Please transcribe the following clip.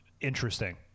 interesting